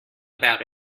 about